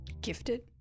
Gifted